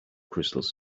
crystals